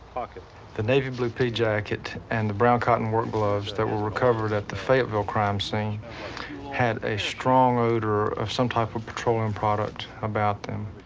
the navy blue pea jacket and the brown cotton work gloves that were recovered at the fayetteville crime scene had a strong odor of some type of petroleum product about them.